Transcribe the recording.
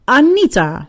Anita